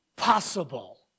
possible